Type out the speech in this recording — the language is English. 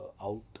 out